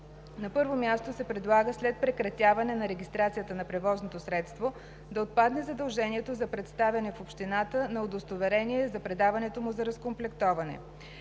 На първо място се предлага след прекратяване на регистрацията на превозното средство да отпадне задължението за представяне в общината на удостоверение за предаването му за разкомплектоване.